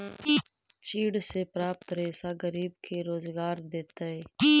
चीड़ से प्राप्त रेशा गरीब के रोजगार देतइ